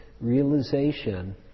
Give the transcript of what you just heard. realization